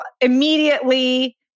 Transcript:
immediately